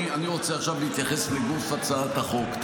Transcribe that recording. אני רוצה עכשיו להתייחס לגוף הצעת החוק.